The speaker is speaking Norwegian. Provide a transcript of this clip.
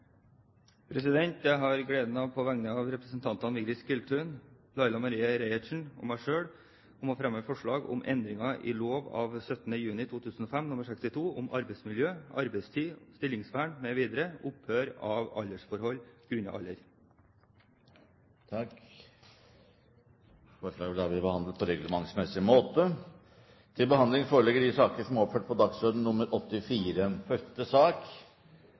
Jeg har på vegne av representantene Vigdis Giltun, Laila Marie Reiertsen og meg selv gleden av å fremme forslag om endring i lov av 17. juni 2005 nr. 62 om arbeidsmiljø, arbeidstid, stillingsvern mv. Forslaget vil bli behandlet på reglementsmessig måte. I forbindelse med årtusenskiftet publiserte The Economist en heller uvanlig nekrolog. Ifølge tidsskriftets skribenter var det Gud selv som